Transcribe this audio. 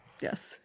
Yes